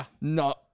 No